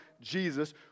Jesus